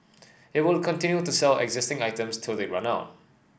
it will continue to sell existing items till they run out